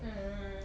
mm